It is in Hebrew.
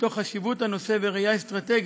מתוך חשיבות הנושא וראייה אסטרטגית,